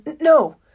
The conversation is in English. No